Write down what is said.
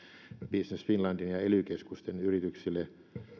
business finlandin ja ely keskusten yrityksille